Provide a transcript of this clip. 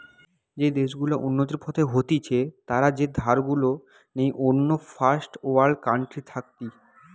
যেই দেশ গুলা উন্নতির পথে হতিছে তারা যে ধার গুলা নেই অন্য ফার্স্ট ওয়ার্ল্ড কান্ট্রি থাকতি